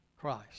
Christ